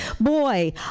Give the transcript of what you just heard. boy